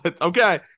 Okay